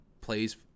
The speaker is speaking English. plays